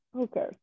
okay